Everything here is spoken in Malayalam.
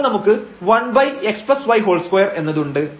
അപ്പോൾ നമുക്ക് 1xy2 എന്നത് ഉണ്ട്